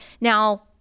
Now